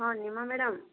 ହଁ ନିମା ମ୍ୟାଡ଼ାମ